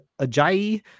Ajayi